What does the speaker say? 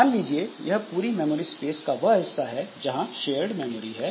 मान लीजिए यह पूरी मेमोरी स्पेस का वह हिस्सा है जहां शेयर्ड मेमोरी है